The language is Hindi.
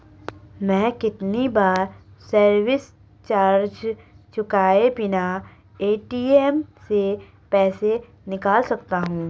मैं कितनी बार सर्विस चार्ज चुकाए बिना ए.टी.एम से पैसे निकाल सकता हूं?